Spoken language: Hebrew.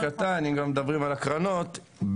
אם מדברים על הקרנות,